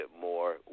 more